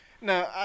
no